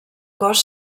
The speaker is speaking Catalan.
cos